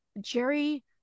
jerry